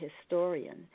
historian